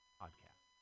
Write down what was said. podcast